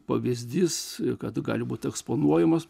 pavyzdys ir kad gali būti eksponuojamas